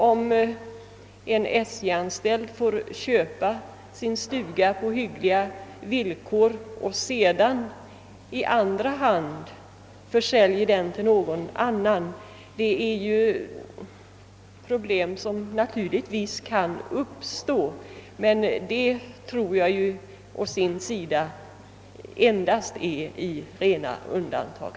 Om en SJ-anställd får köpa sin stuga på hyggliga villkor och sedan i andra hand försäljer den är ett problem som naturligtvis kan uppstå, men dylika fall kommer enligt vad jag tror att vara rena undantag.